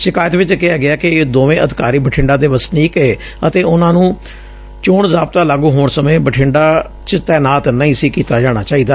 ਸ਼ਿਕਾਇਤ ਚ ਕਿਹਾ ਗਿਐ ਕਿ ਇਹ ਦੋਵੇਂ ਅਧਿਕਾਰੀ ਬਠਿੰਡਾ ਦੇ ਵਸਨੀਕ ਨੇ ਅਤੇ ਉਨੂਾ ਨੂੰ ਚੋਣ ਜ਼ਾਬਤਾ ਲਾਗੂ ਹੋਣ ਸਮੇਂ ਬਠਿੰਡਾ ਚ ਤੈਨਾਤ ਨਹੀਂ ਸੀ ਕੀਤਾ ਜਾਣਾ ਚਾਹੀਦਾ